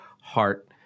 heart